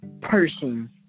person